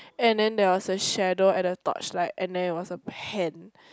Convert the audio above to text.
and then there was a shadow at the torchlight and then it was a pen